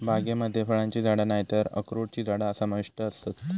बागेमध्ये फळांची झाडा नायतर अक्रोडची झाडा समाविष्ट आसत